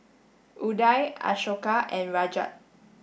Udai Ashoka and Rajat